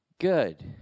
good